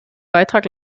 beitrag